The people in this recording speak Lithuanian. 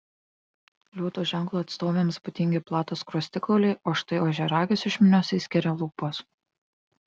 liūto ženklo atstovėms būdingi platūs skruostikauliai o štai ožiaragius iš minios išskiria lūpos